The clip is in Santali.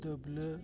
ᱛᱟᱹᱵᱽᱞᱟᱹ